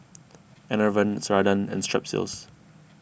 Enervon Ceradan and Strepsils